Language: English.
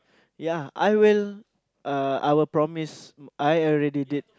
ya I will uh I will promise I already did